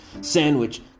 sandwich